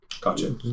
Gotcha